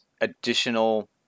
additional